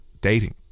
dating